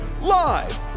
Live